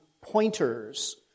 pointers